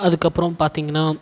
அதுக்கப்புறம் பார்த்தீங்கன்னா